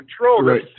Right